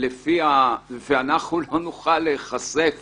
ואנחנו לא נוכל להיחשף